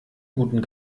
guten